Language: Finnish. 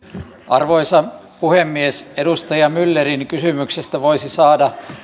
arvoisa puhemies edustaja myllerin kysymyksestä voisi saada